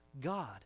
God